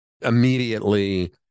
Immediately